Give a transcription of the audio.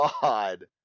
god